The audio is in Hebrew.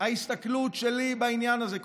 ההסתכלות שלי בעניין הזה,